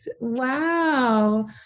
Wow